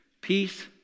peace